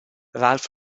ralf